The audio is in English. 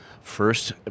first